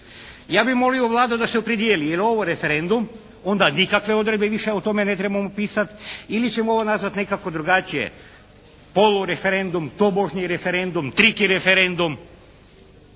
Ja bi molio Vladu da se opredijeli je li ovo referendum? Onda nikakve odredbe o tome više ne trebamo pisat ili ćemo nazvati nekako drugačije, polu-referendum, tobožnji referendum, triki-referendum.